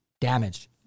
damaged